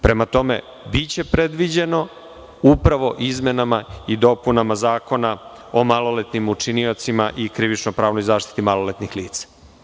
Prema tome, biće predviđeno izmenama i dopunama Zakona o maloletnim učiniocima i krivično pravnoj zaštiti maloletnih lica.